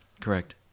Correct